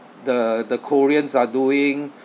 the the koreans are doing